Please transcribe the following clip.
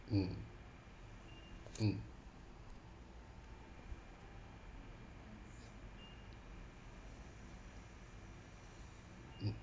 mm mm mm